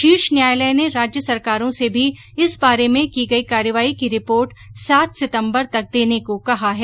शीर्ष न्यायालय ने राज्य सरकारों से भी इस बारे में की गई कार्रवाई की रिपोर्ट सात सितम्बर तक देने को कहा है